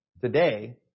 today